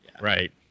Right